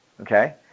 Okay